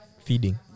Feeding